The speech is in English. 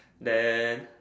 then